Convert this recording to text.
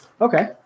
Okay